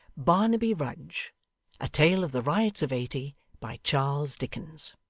barnaby rudge a tale of the riots of eighty by charles dickens